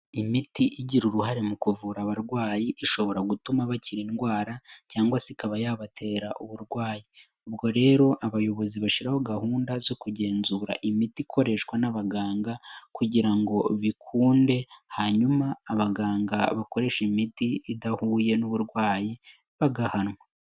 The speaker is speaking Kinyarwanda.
Imiti igira uruhare mu kuvura abarwayi ishobora gutuma bakira indwara cyangwa se ikaba yabatera uburwayi. Ubwo rero abayobozi bashyiraho gahunda zo kugenzura imiti ikoreshwa n'abaganga kugira ngo bikunde, hanyuma abaganga bakoresha imiti idahuye n'uburwayi bagahanwa.